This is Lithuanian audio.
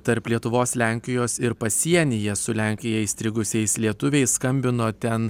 tarp lietuvos lenkijos ir pasienyje su lenkija įstrigusiais lietuviais skambino ten